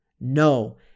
No